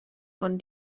von